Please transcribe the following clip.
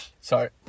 Sorry